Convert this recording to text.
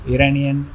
Iranian